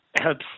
helps